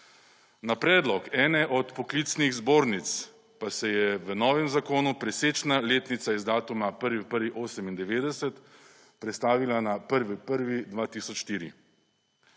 Na predlog ene od poklicnih zbornic pa se je v novem zakonu presečna letnica iz datuma 1. 1. 1998 predstavila na 1. 1. 2004.